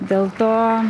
dėl to